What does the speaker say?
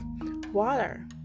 Water